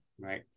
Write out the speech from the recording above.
Right